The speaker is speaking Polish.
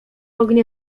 ognie